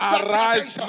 arise